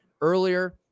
earlier